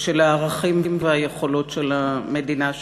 של הערכים והיכולות של המדינה שלנו,